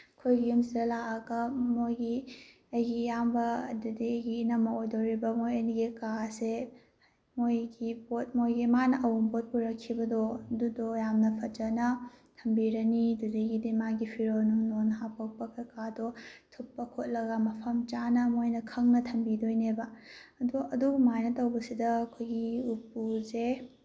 ꯑꯩꯈꯣꯏꯒꯤ ꯌꯨꯝꯁꯤꯗ ꯂꯥꯛꯑꯒ ꯃꯣꯏꯒꯤ ꯑꯩꯒꯤ ꯏꯌꯥꯝꯕ ꯑꯗꯨꯗꯒꯤ ꯏꯅꯝꯃ ꯑꯣꯏꯗꯧꯔꯤꯕ ꯃꯣꯏ ꯑꯅꯤꯒꯤ ꯀꯥ ꯑꯁꯦ ꯃꯣꯏꯒꯤ ꯄꯣꯠ ꯃꯣꯏꯒꯤ ꯃꯥꯅ ꯑꯋꯨꯟꯄꯣꯠ ꯄꯨꯔꯛꯈꯤꯕꯗꯣ ꯑꯗꯨꯗꯣ ꯌꯥꯝꯅ ꯐꯖꯅ ꯊꯝꯕꯤꯔꯅꯤ ꯑꯗꯨꯗꯒꯤꯗꯤ ꯃꯥꯒꯤ ꯐꯤꯔꯣꯜ ꯅꯨꯡꯂꯣꯟ ꯍꯥꯞꯄꯛꯄ ꯀꯩꯀꯥꯗꯣ ꯊꯨꯞꯄ ꯈꯣꯠꯂꯒ ꯃꯐꯝ ꯆꯥꯅ ꯃꯣꯏꯅ ꯈꯪꯅ ꯊꯝꯕꯤꯗꯣꯏꯅꯤꯕ ꯑꯗꯨ ꯑꯗꯨꯃꯥꯏꯅ ꯇꯧꯕꯁꯤꯗ ꯑꯩꯈꯣꯏꯒꯤ ꯎꯄꯨꯁꯦ